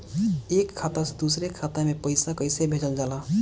एक खाता से दुसरे खाता मे पैसा कैसे भेजल जाला?